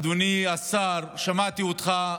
אדוני השר, שמעתי אותך.